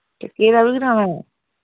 ते घेरा बी कराना